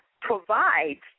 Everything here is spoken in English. provides